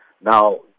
Now